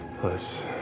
plus